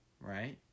right